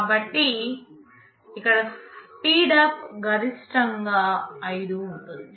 కాబట్టి ఇక్కడ స్పీడప్ గరిష్టంగా 5 ఉంటుంది